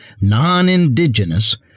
non-indigenous